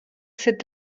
sit